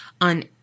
on